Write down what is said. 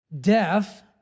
Death